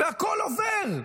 והכול עובר.